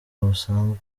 busanzwe